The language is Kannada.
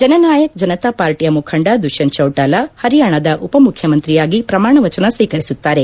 ಜನನಾಯಕ್ ಜನತಾ ಪಾರ್ಟಿಯ ಮುಖಂದ ದುಷ್ಯಂತ್ ಚೌಟಾಲಾ ಹರಿಯಾಣದ ಉಪಮುಖ್ಯಮಂತ್ರಿಯಾಗಿ ಪ್ರಮಾಣವಚನ ಸ್ವೀಕರಿಸುತ್ತಾರೆ